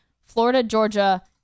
Florida-Georgia-